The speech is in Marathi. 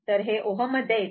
तर हे Ω मध्ये येते